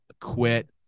quit